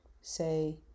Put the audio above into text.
say